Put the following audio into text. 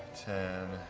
ten,